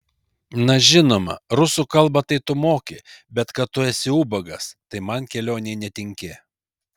na žinoma rusų kalbą tai tu moki bet kad tu esi ubagas tai man kelionei netinki